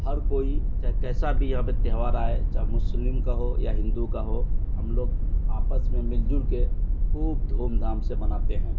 ہر کوئی چاہے کیسا بھی یہاں پہ تہوار آئے چاہے مسلم کا ہو یا ہندو کا ہو ہم لوگ آپس میں مل جل کے خوب دھوم دھام سے مناتے ہیں